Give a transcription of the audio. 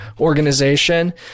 organization